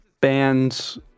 bands